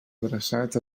adreçat